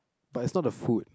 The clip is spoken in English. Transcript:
but is not the food